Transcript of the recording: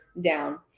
down